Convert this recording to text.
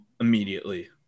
immediately